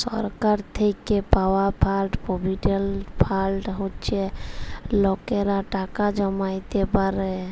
সরকার থ্যাইকে পাউয়া fund provident fund হছে লকেরা টাকা জ্যমাইতে পারে